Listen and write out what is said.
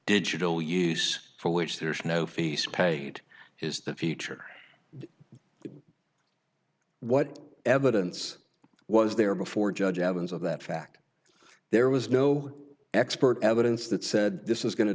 digital use for which there's no feast paid is the future what evidence was there before judge evans of that fact there was no expert evidence that said this is going to